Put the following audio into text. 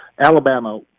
Alabama